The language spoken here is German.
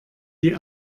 die